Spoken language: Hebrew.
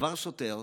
עבר שוטר,